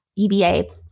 EBA